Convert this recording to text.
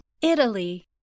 Italy